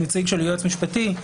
נציג של יועץ משפטי,